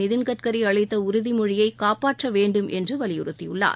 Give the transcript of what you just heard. நிதின்கட்கரி அளித்த உறுதிமொழியை காப்பாற்ற வேண்டும் என்று வலியுறுத்தியுள்ளார்